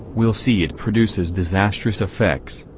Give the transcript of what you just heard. we'll see it produces disastrous effects.